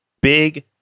Big